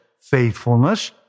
faithfulness